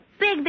big